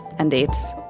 and dates.